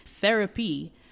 Therapy